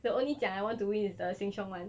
the only 奖 I want do with the sheng siong [one]